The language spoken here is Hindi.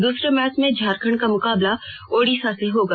दूसरे मैच में झारखंड का मुकाबला ओड़िशा से होगा